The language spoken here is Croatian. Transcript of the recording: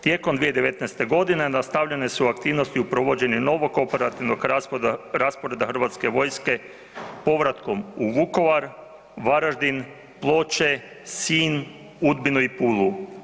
Tijekom 2019.-te godine nastavljene su aktivnosti u provođenje novog operativnog rasporeda Hrvatske vojske povratkom u Vukovar, Varaždin, Ploče, Sinj, Udbinu i Pulu.